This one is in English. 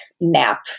nap